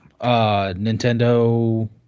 Nintendo